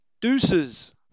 deuces